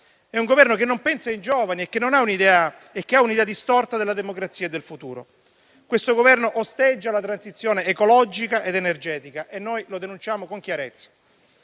e autoreferenziale, non pensa ai giovani e ha un'idea distorta della democrazia e del futuro. Questo Governo osteggia la transizione ecologica ed energetica e noi lo denunciamo con chiarezza.